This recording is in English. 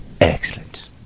Excellent